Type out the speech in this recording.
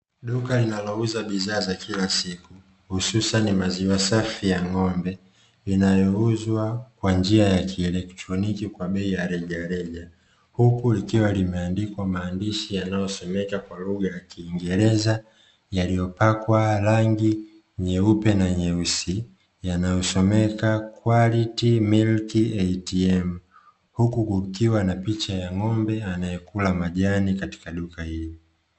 Duka linalouza bidhaa za kila siku hususan maziwa safi ya ng'ombe inayouzwa kwa njia ya kielektroniki kwa bei ya rejareja, huku ikiwa limeandikwa maandishi yanayosomeka kwa lugha ya kiingereza yaliyopakwa rangi nyeupe na nyeusi yanayosomeka "'Quality Milk ATM" huku kukiwa na picha ya ng'ombe anayekula majani katika duka hili.